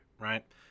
right